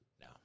No